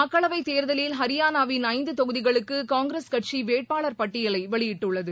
மக்களவை தேர்தலில் அரியானாவின் ஐந்து தொகுதிகளுக்கு காங்கிரஸ் கட்சி வேட்பாளர் பட்டியலை வெளியிட்டுள்ளது